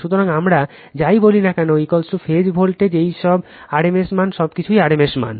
সুতরাং আমরা যাই বলি না কেন ফেজ ভোল্টেজ এই সব rms মান সবকিছুই rms মান